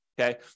okay